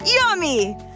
Yummy